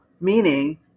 meaning